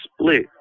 split